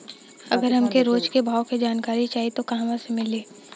अगर हमके रोज के भाव के जानकारी चाही त कहवा से मिली?